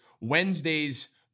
Wednesdays